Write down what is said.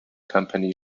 company